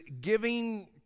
giving